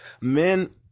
men